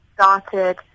started